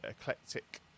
Eclectic